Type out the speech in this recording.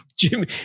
Jimmy